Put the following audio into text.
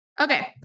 Okay